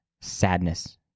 sadness